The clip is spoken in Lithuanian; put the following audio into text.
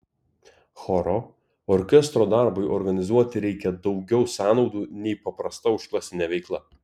choro orkestro darbui organizuoti reikia daugiau sąnaudų nei paprasta užklasinė veikla